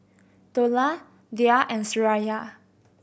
Dollah Dhia and Suraya